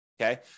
Okay